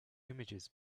images